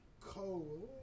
cold